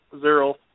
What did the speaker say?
zero